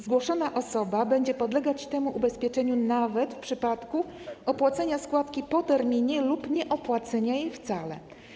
Zgłoszona osoba będzie podlegać temu ubezpieczeniu nawet w przypadku opłacenia składki po terminie lub nieopłacenia jej wcale.